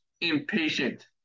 impatient